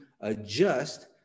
adjust